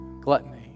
gluttony